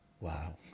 Wow